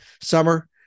summer